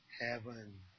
Heaven